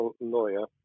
lawyer